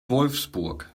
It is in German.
wolfsburg